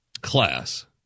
class